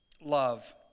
love